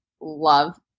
love